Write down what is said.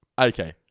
Okay